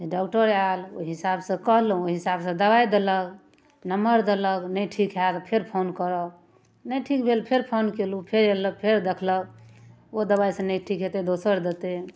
जे डॉक्टर आयल ओइ हिसाबसँ कहलहुँ ओइ हिसाबसँ दबाइ देलक नम्बर देलक नहि ठीक हैत फेर फोन करब नहि ठीक भेल फेर फोन कयलहुँ फेर अयलक फेर देखलक ओ दबाइसँ नहि ठीक हेतै तऽ दोसर देतै